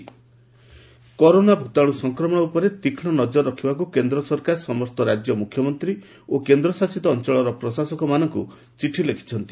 corona states corona ଭୂତାଣୁ ସଂକ୍ରମଣ ଉପରେ ତୀକ୍ଷ୍ଣ ନଜର ରଖିବାକୁ କେନ୍ଦ୍ର ସରକାର ସମସ୍ତ ରାଜ୍ୟ ମୁଖ୍ୟମନ୍ତ୍ରୀ ଓ କେନ୍ଦ୍ରଶାସିତ ଅଞ୍ଚଳର ପ୍ରଶାସକମାନଙ୍କୁ ଚିଠି ଲେଖିଛନ୍ତି